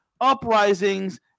uprisings